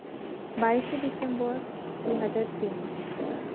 ᱵᱟᱭᱤᱥᱮ ᱰᱤᱥᱮᱢᱵᱚᱨ ᱫᱩ ᱦᱟᱡᱟᱨ ᱛᱤᱱ